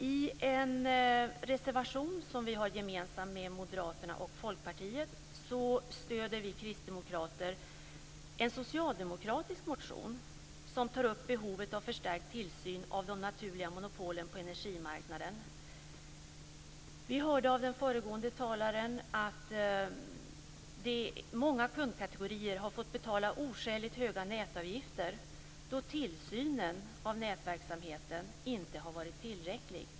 I en reservation som vi har gemensam med Moderaterna och Folkpartiet stöder vi kristdemokrater en socialdemokratisk motion som tar upp behovet av förstärkt tillsyn av de naturliga monopolen på energimarknaden. Vi hörde av den föregående talaren att många kundkategorier har fått betala oskäligt höga nätavgifter då tillsynen av nätverksamheten inte har varit tillräcklig.